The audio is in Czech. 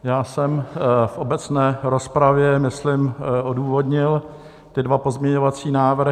Já jsem v obecné rozpravě, myslím, odůvodnil ty dva pozměňovací návrhy.